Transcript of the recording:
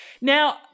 Now